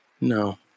No